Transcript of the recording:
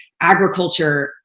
agriculture